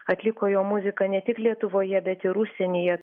atliko jo muziką ne tik lietuvoje bet ir užsienyje